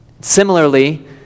Similarly